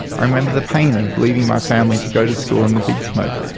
i remember the pain of leaving my family to go to school in the big smoke.